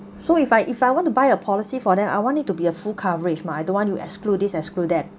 so if I if I want to buy a policy for them I want it to be a full coverage mah I don't want you exclude this exclude that